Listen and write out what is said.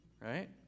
right